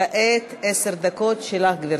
כעת, עשר דקות שלך, גברתי.